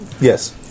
Yes